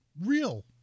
real